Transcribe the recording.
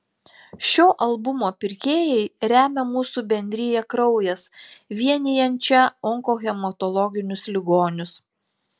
šio albumo pirkėjai remia mūsų bendriją kraujas vienijančią onkohematologinius ligonius